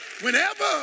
Whenever